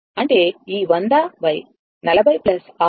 అంటే ఈ 100 40 660